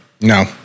No